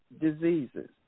diseases